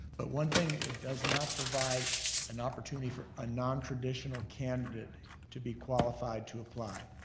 but one thing it does not provide an opportunity for a non-traditional candidate to be qualified to apply.